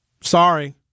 Sorry